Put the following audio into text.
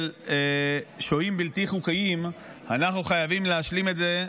בתחום הזה של שוהים בלתי חוקיים אנחנו חייבים להשלים את זה.